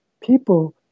people